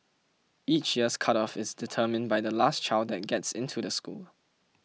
each year's cut off is determined by the last child that gets into the school